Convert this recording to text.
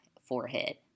forehead